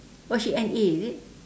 oh she N_A is it